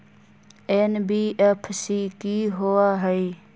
NBFC कि होअ हई?